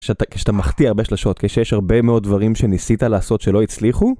כשאתה, כשאתה מחטיא הרבה שלושות, כשיש הרבה מאוד דברים שניסית לעשות שלא הצליחו...